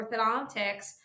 orthodontics